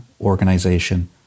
organization